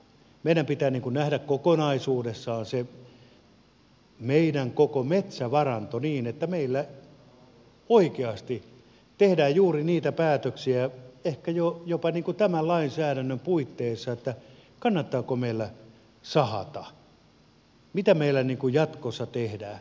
meidän pitää nähdä kokonaisuudessaan se meidän koko metsävaranto niin että meillä oikeasti tehdään juuri niitä päätöksiä ehkä jopa tämän lainsäädännön puitteissa kannattaako meillä sahata mitä meillä jatkossa tehdään